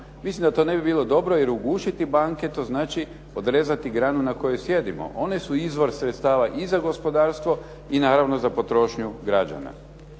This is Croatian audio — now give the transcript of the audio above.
Mislim da to ne bi bilo dobro jer ugušiti banke to znači odrezati granu na kojoj sjedimo. One su izraz sredstava i za gospodarstvo i naravno za potrošnju građana.